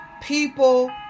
people